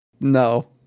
No